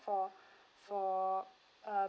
for for uh